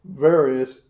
various